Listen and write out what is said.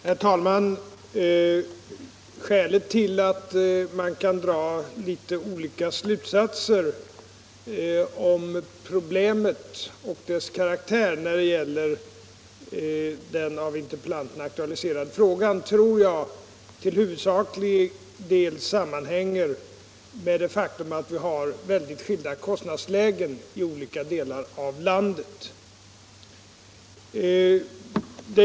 Herr talman! Skälet till att man kan dra litet olika slutsatser av problemet och dess karaktär när det gäller den av interpellanten aktualiserade frågan tror jag till huvudsaklig del sammanhänger med det faktum att vi har mycket skilda kostnadslägen i olika delar av landet.